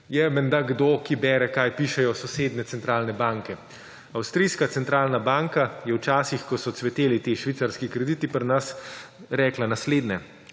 je menda kdo, ki bere, kaj pišejo sosednje centralne banke. Avstrijska centralna banka je v časih, ko so cveteli ti švicarski krediti pri nas, rekla naslednje.